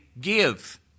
give